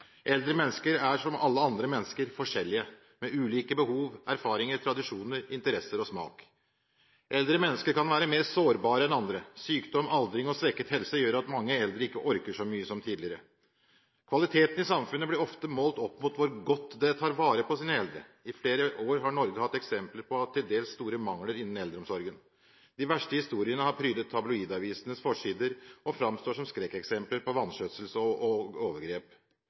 eldre. Eldre mennesker er som alle andre mennesker forskjellige, med ulike behov, erfaringer, tradisjoner, interesser og smak. Eldre mennesker kan være mer sårbare enn andre. Sykdom, aldring og svekket helse gjør at mange eldre ikke orker så mye som tidligere. Kvaliteten i samfunnet blir ofte målt opp mot hvor godt det tar vare på sine eldre. I flere år har Norge hatt eksempler på til dels store mangler innen eldreomsorgen. De verste historiene har prydet tabloidavisenes forsider og framstår som skrekkeksempler på vanskjøtsel og overgrep.